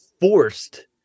forced